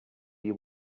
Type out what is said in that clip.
you